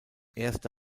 erste